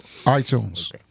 iTunes